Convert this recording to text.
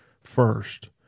first